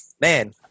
man